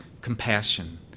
compassion